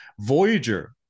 Voyager